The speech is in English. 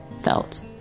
felt